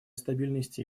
стабильности